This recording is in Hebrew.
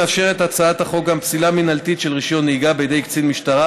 מאפשרת הצעת החוק גם פסילה מינהלית של רישיון נהיגה בידי קצין משטרה,